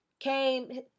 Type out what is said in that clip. Came